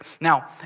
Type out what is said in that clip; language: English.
Now